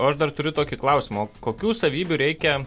aš dar turiu tokį klausimą o kokių savybių reikia